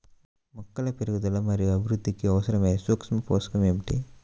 మొక్కల పెరుగుదల మరియు అభివృద్ధికి అవసరమైన సూక్ష్మ పోషకం ఏమిటి?